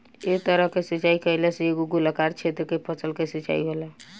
एह तरह के सिचाई कईला से एगो गोलाकार क्षेत्र के फसल के सिंचाई होला